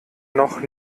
noch